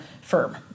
firm